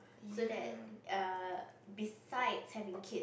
so that err besides having kid